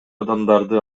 адамдарды